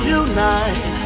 unite